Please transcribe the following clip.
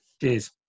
Cheers